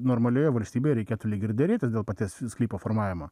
normalioje valstybėje reikėtų lyg ir derėtis dėl paties sklypo formavimo